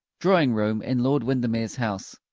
drawing-room in lord windermere's house.